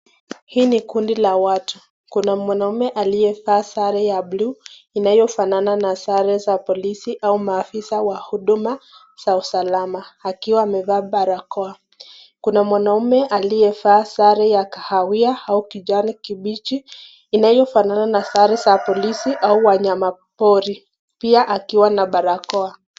Hii ni kundi la watu kuna mwanaume aliyevaa sare ya buluu inayofanana na sare za polisi ama maafisa wa huduma za usalama akiwa amevaa barakoa. Kuna mwanaume aliyevaa sare ya kahawia au kijani kibichi inayofanana na sare za polisi au wanyama pori pia akiwa na barakoa.